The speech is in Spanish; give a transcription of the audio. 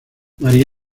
marie